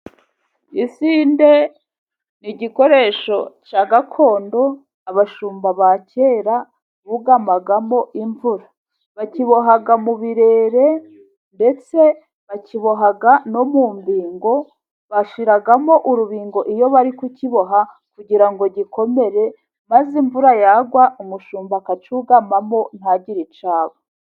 Isinde ni igikoresho cya gakondo, abashumba ba kera bugambagamo imvura. Bakiboha mu birere, ndetse bakiboha no mu mbingo, bashyiramo urubingo iyo bari kukiboha, kugira ngo gikomere, maze imvura yagwa umushumba akacygamamo ntagire icyo aba.